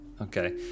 Okay